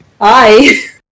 Hi